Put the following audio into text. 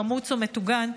חמוץ או מטוגן,